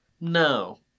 No